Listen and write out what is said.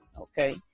okay